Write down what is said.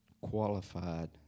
qualified